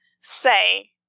say